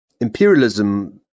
imperialism